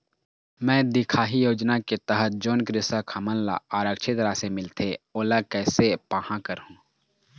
मैं दिखाही योजना के तहत जोन कृषक हमन ला आरथिक राशि मिलथे ओला कैसे पाहां करूं?